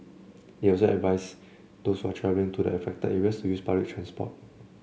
they also advised those who are travelling to the affected areas to use public transport